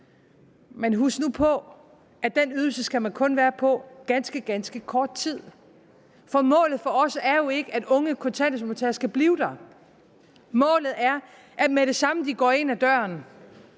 skal huske på, at den ydelse skal man kun være på ganske, ganske kort tid, for målet for os er jo ikke, at unge kontanthjælpsmodtagere skal blive der, målet er, at så snart de går ind ad døren